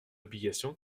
obligation